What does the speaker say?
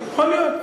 יכול להיות.